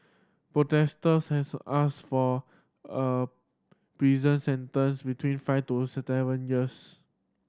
protectors has asked for a prison sentence between five to seven years